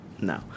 no